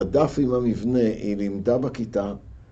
‫הדף עם המבנה היא לימדה בכיתה...